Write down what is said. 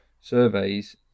surveys